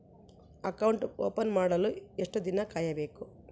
Account open ಮಾಡಲು ಎಷ್ಟು ದಿನ ಕಾಯಬೇಕು?